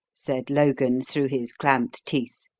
said logan, through his clamped teeth,